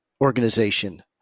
organization